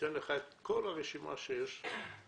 ניתן לך את כל הרשימה שיש בוועדה,